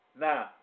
Now